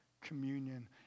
communion